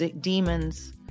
demons